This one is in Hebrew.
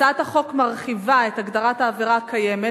הצעת החוק מרחיבה את הגדרת העבירה הקיימת,